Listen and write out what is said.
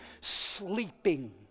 sleeping